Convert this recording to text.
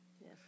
Yes